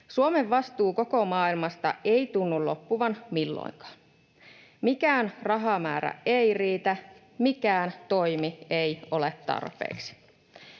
Suomen vastuu koko maailmasta ei tunnu loppuvan milloinkaan. Mikään rahamäärä ei riitä, mikään toimi ei ole tarpeeksi.